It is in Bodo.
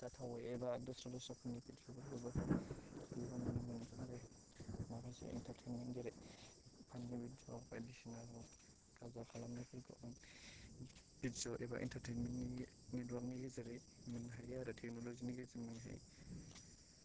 जाथावै एबा दस्रा दस्राफोरनि बिडिय'फोरखौबो बेयाव नुनो मोनो आरो माखासे एन्टारटेनमेन्ट जेरै फानि बिडिय' बायदिसिना गाजा खालामनायफोरखौ आं बिडिय' एबा एन्टारटेनमेन्टनि नेटवार्कनि गेजेरजों नुनो हायो आरो टेकनलजिनि गेजेरेजों मोननो हायो